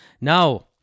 now